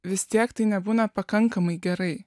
vis tiek tai nebūna pakankamai gerai